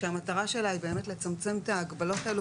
שהמטרה שלה היא באמת לצמצם את ההגבלות האלה,